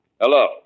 Hello